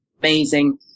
amazing